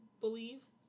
beliefs